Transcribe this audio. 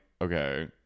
okay